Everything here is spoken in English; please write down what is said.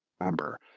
remember